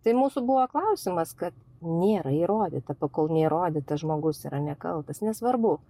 tai mūsų buvo klausimas kad nėra įrodyta kol neįrodyta žmogus yra nekaltas nesvarbu